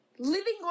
Living